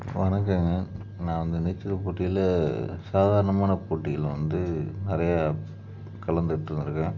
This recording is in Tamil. வணக்கம்ங்க நான் வந்து நீச்சல் போட்டியில் சாதாரணமான போட்டிகளில் வந்து நிறையா கலந்துட்ருந்திருக்கேன்